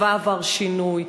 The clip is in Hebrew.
הצבא עבר שינוי,